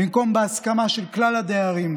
ובמקום בהסכמה של כלל הדיירים,